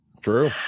True